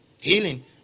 Healing